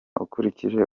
ukurikije